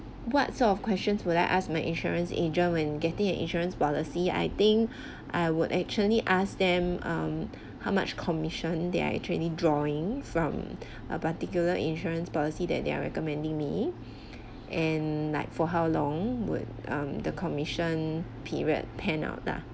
what sort of question would I ask my insurance agent when getting an insurance policy I think I would actually ask them um how much commission they are actually drawing from a particular insurance policy that they are recommending me and like for how long would um the commission period pan out lah